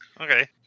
Okay